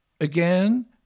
again